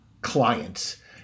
clients